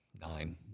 nine